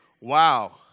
wow